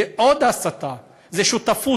היא עוד הסתה, היא שותפות.